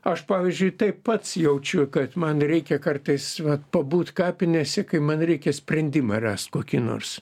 aš pavyzdžiui tai pats jaučiu kad man reikia kartais vat pabūt kapinėse kai man reikia sprendimą rast kokį nors